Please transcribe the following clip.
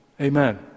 Amen